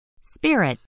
Spirit